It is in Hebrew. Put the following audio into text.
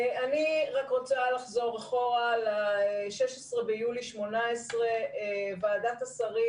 אני רק רוצה לחזור אחורה ל-16 ביולי 2018. ועדת השרים